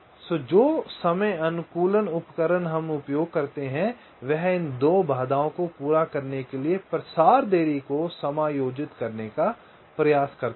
इसलिए जो समय अनुकूलन उपकरण हम उपयोग करते हैं वे इन 2 बाधाओं को पूरा करने के लिए प्रसार देरी को समायोजित करने का प्रयास करते हैं